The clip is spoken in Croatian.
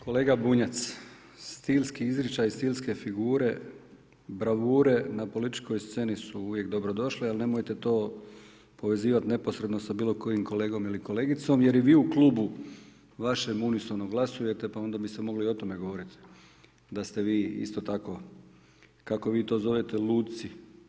Kolega Bunjac, stilski izričaj, stilske figure, bravure na političkoj sceni su uvijek dobrodošle ali nemojte to povezivati neposredno sa bilo kojim kolegom ili kolegicom jer i vi u klubu vašem unisono glasujete pa onda bi se moglo i o tome govoriti, da ste vi isto tako, kako vi to zovete lutci.